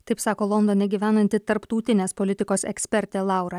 taip sako londone gyvenanti tarptautinės politikos ekspertė laura